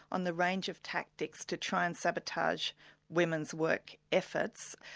on the range of tactics to try and sabotage women's work efforts,